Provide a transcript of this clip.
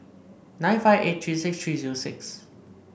nine five eight three six three zero six